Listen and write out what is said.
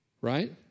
Right